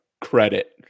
credit